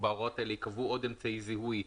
ובהוראות האלה ייקבעו עוד אמצעי זיהוי,